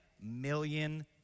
million